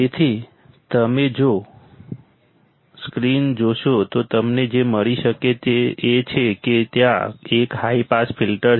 તેથી જો તમે સ્ક્રીન જોશો તો તમને જે મળી શકે છે તે એ છે કે ત્યાં એક હાઈ પાસ ફિલ્ટર છે